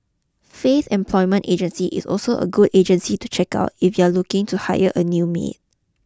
Faith Employment Agency is also a good agency to check out if you are looking to hire a new mean